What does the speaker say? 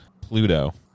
Pluto